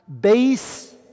base